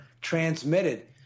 transmitted